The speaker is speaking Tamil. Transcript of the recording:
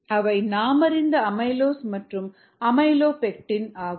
அவை நாமறிந்த அமைலோஸ் மற்றும் அமைலோபெக்டின் ஆகும்